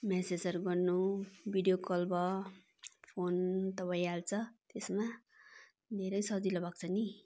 मेसेजहरू गर्नु video call भयो फोन त भइहाल्छ त्यसमा धेरै सजिलो भएको छ नि